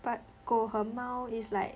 but 狗和猫 is like